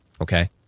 Okay